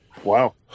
Wow